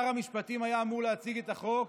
ושר המשפטים היה אמור להציג את החוק,